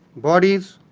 bodies,